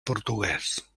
portuguès